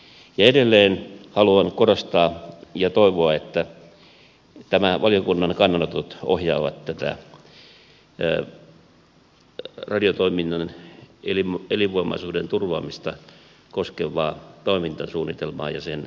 ja edelleen haluan korostaa ja toivoa että nämä valiokunnan kannanotot ohjaavat tätä radiotoiminnan elinvoimaisuuden turvaamista koskevaa toimintasuunnitelmaa ja sen laatimista